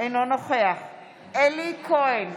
אינו נוכח אלי כהן,